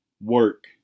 Work